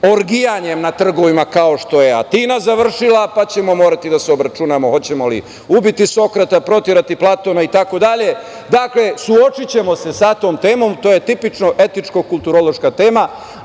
orgijanjem na trgovima kao što je Atina završila, pa ćemo morati da se obračunamo hoćemo li ubiti Sokrata, proterati Platona itd. Dakle, suočićemo se sa tom temom. To je tipično etičko-kulturološka tema.